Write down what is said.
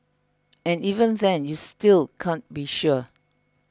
and even then you still can't be sure